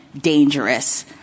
dangerous